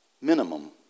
minimum